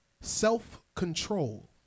self-control